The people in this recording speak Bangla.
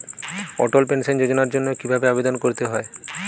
অটল পেনশন যোজনার জন্য কি ভাবে আবেদন করতে হয়?